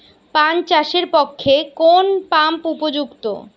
পান চাষের পক্ষে কোন পাম্প উপযুক্ত?